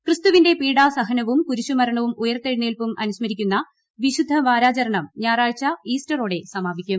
ക്രിസ്ത്ുവിന്റെ വഴി പീഡാസഹനവും കുരിശുമരണവും ഉയർത്ത്തിച്ചു്ന്നേൽപ്പും അനുസ്മരിക്കുന്ന വിശുദ്ധ വാരാചരണം ഞായറാഴ്ച്ച് ഇ്ൌസ്റ്ററോടെ സമാപിക്കും